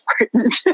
important